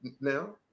now